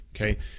okay